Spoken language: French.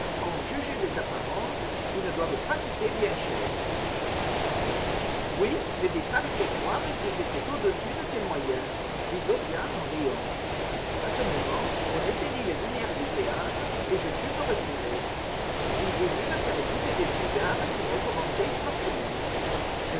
en juger par les apparences ils ne doivent pas coûter bien cher oui mais il paraissait croire qu'ils étaient au dessus de ses moyens dit dorian en riant a ce moment on éteignit les lumières du théâtre et je dus me retirer il voulut me faire goûter des cigares qu'il recommandait fortement